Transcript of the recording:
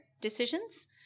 decisions